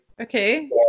Okay